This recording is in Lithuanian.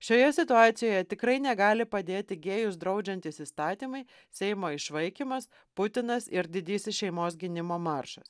šioje situacijoje tikrai negali padėti gėjus draudžiantys įstatymai seimo išvaikymas putinas ir didysis šeimos gynimo maršas